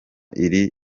iri